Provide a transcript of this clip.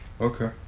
Okay